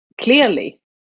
clearly